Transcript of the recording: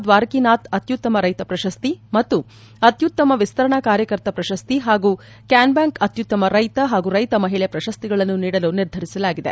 ದ್ನಾರಕೀನಾಥ್ ಅತ್ಯುತ್ತಮ ರೈತ ಪ್ರಶಸ್ತಿ ಮತ್ತು ಅತ್ಯುತಮ ವಿಸ್ತರಣಾ ಕಾರ್ಯಕರ್ತ ಪ್ರಶಸ್ತಿ ಹಾಗೂ ಕ್ಲಾನ್ ಬ್ಲಾಂಕ್ ಅತ್ಯುತ್ತಮ ರೈತ ಹಾಗೂ ರೈತ ಮಹಿಳೆ ಪ್ರಶಸ್ತಿಗಳನ್ನು ನೀಡಲು ನಿರ್ಧರಿಸಿದೆ